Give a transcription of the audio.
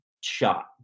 shot